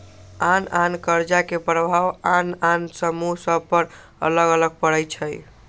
आन आन कर्जा के प्रभाव आन आन समूह सभ पर अलग अलग पड़ई छै